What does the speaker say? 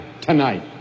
tonight